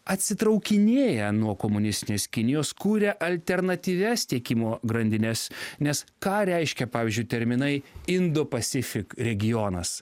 atitraukinėja nuo komunistinės kinijos kuria alternatyvias tiekimo grandines nes ką reiškia pavyzdžiui terminai indo pasifik regionas